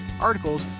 articles